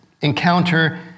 encounter